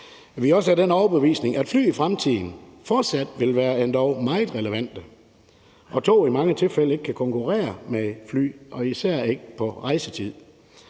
Vi er også af den overbevisning, at fly i fremtiden fortsat vil være endog meget relevante, og at tog i mange tilfælde ikke kan konkurrere med fly, især ikke hvad